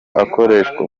akoreshwa